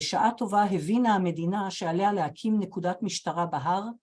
שעה טובה הבינה המדינה שעליה להקים נקודת משטרה בהר